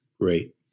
Great